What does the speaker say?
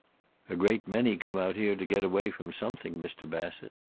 a great many come out here to get away from something, mr. bassett.